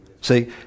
See